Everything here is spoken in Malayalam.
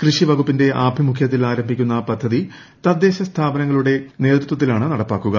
കൃഷിവകുപ്പിന്റെ ആഭിമുഖ്യത്തിൽ ആരംഭിക്കുന്ന പദ്ധതി തദ്ദേശസ്ഥാപനങ്ങളുടെ ന്നേതൃത്വത്തിലാണ് നടപ്പാക്കുക